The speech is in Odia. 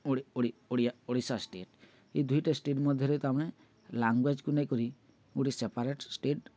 ଓଡ଼ି ଓଡ଼ି ଓଡ଼ିଶା ଷ୍ଟେଟ୍ ଏଇ ଦୁଇଟା ଷ୍ଟେଟ୍ ମଧ୍ୟରେ ତୁମେ ଲାଙ୍ଗୁଏଜକୁ ନେଇକରି ଗୋଟେ ସେପାରେଟ୍ ଷ୍ଟେଟ୍